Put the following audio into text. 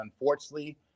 unfortunately